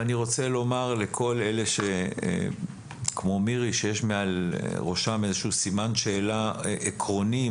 אני רוצה לומר לכל אלה כמו מירי שיש מעל ראשם איזושהי סימן שאלה עקרוני,